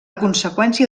conseqüència